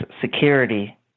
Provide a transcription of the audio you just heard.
security